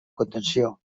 contenció